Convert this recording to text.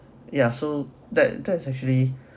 ya so that that's actually